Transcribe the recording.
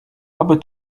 aby